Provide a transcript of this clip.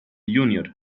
junior